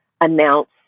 announce